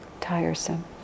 tiresome